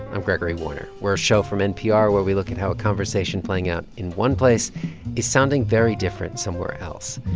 i'm gregory warner. we're a show from npr where we look at how a conversation playing out in one place is sounding very different somewhere else.